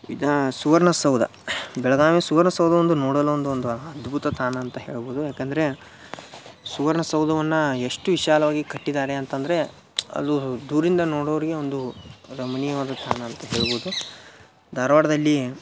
ವಿದಾ ಸುವರ್ಣ ಸೌಧ ಬೆಳಗಾವಿ ಸುವರ್ಣ ಸೌಧ ಒಂದು ನೋಡಲು ಒಂದೊಂದು ಅದ್ಭುತ ತಾಣ ಅಂತ ಹೇಳ್ಬೋದು ಯಾಕೆಂದರೆ ಸುವರ್ಣ ಸೌಧವನ್ನ ಎಷ್ಟು ವಿಶಾಲವಾಗಿ ಕಟ್ಟಿದ್ದಾರೆ ಅಂತಂದರೆ ಅದು ದೂರಿಂದ ನೋಡೋರಿಗೆ ಒಂದು ರಮಣೀಯವಾದ ತಾಣ ಅಂತ ಹೇಳ್ಬೋದು ಧಾರ್ವಾಡದಲ್ಲಿ